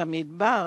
במדבר